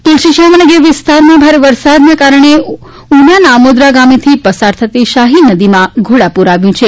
તુલસી શ્યામ અને ગીર વિસ્તારમાં ભારે વરસાદના કારણે ઉનાના આમોદરા ગામેથી પસાર થતી શાહી નદીમાં ઘોડાપુર આવ્યું છે